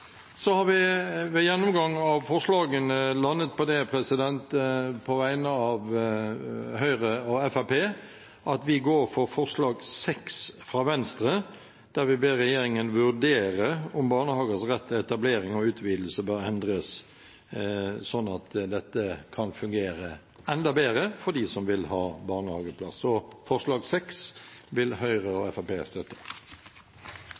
Ved en gjennomgang av forslagene har vi, Høyre og Fremskrittspartiet, landet på at vi går for forslag nr. 6, fra Venstre, hvor vi ber regjeringen vurdere om barnehagers rett til etablering og utvidelse bør endres slik at dette kan fungere enda bedre for dem som vil ha barnehageplass. Så forslag nr. 6 vil Høyre og